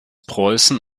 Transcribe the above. preußen